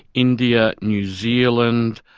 india, new zealand,